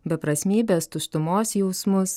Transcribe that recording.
beprasmybės tuštumos jausmus